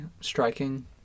striking